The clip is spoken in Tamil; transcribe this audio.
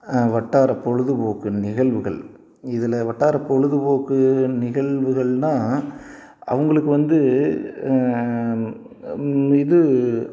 வட்டார பொழுதுபோக்கு நிகழ்வுகள் இதில் வட்டார பொழுதுபோக்கு நிகழ்வுகள்னா அவங்களுக்கு வந்து இது